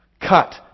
cut